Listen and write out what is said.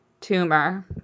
tumor